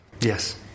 Yes